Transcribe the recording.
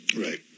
Right